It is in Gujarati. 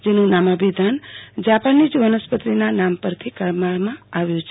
જેનું નામાભિધાન જાપાનીઝ વનસ્પતિશાસ્ત્રીના નામ પરથી કરવામાં આવ્યું છે